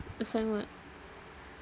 assign what